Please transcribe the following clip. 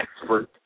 expert